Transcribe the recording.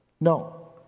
No